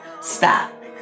Stop